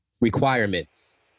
requirements